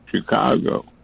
Chicago